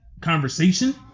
conversation